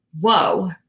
Whoa